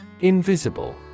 Invisible